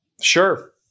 Sure